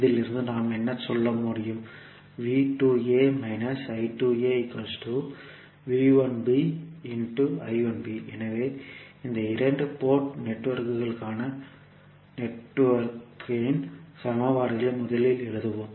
இதிலிருந்து நாம் என்ன சொல்ல முடியும் எனவே இந்த இரண்டு போர்ட் நெட்வொர்க்குகளுக்கான நெட்வொர்க் இன் சமன்பாடுகளை முதலில் எழுதுவோம்